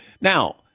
Now